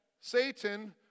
Satan